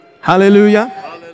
Hallelujah